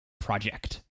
project